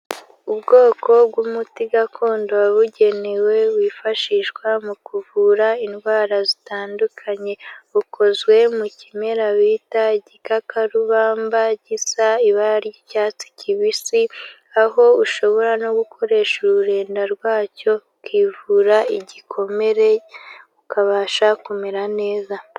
Ubwoko bw'umuti gakondo wabugenewe wifashishwa mu kuvura indwara zitandukanye, ukozwe mu kimera bita igikakarubamba gisa ibara ry'icyatsi kibisi, aho ushobora no gukoresha ururenda rwacyo, ukivura igikomere, ukabasha kumera neza.